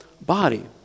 body